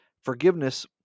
Forgiveness